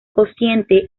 cociente